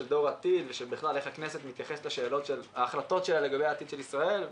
של דור עתיד ובכלל ההחלטות של הכנסת לגבי העתיד של ישראל.